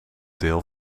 deel